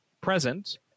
present